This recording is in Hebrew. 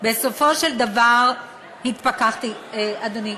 בסופו של דבר התפכחתי" אדוני,